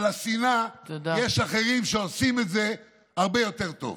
אבל השנאה, יש אחרים שעושים את זה הרבה יותר טוב.